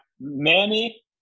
Manny